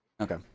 Okay